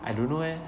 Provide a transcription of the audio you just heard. I don't know eh